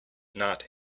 not